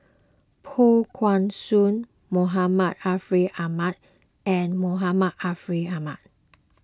Poh Kay Swee Muhammad Ariff Ahmad and Muhammad Ariff Ahmad